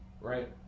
Right